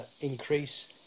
increase